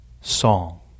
song